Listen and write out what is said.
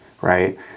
right